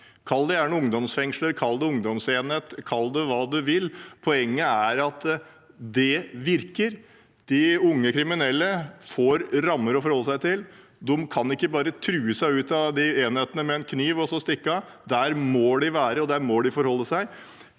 Kall det ungdomsfengsler eller ungdomsenheter – kall det hva du vil – poenget er at det virker. De unge kriminelle får rammer å forholde seg til. De kan ikke bare true seg ut av enhetene med en kniv og så stikke av. Der må de være og forholde seg